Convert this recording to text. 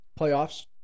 playoffs